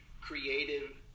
creative